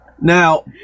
Now